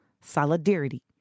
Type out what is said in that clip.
solidarity